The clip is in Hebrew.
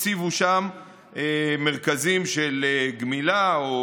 הציבו שם מרכזים של גמילה או